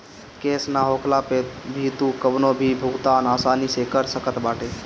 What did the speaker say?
cash ना होखला पअ भी तू कवनो भी भुगतान आसानी से कर सकत बाटअ